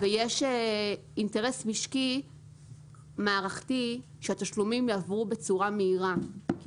ויש אינטרס משקי מערכתי שהתשלומים יעברו בצורה מהירה כי